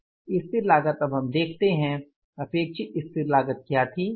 स्थिर लागत अब हम देखते हैं अपेक्षित स्थिर लागत क्या थी